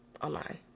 online